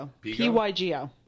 P-Y-G-O